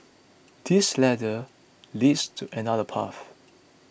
this ladder leads to another path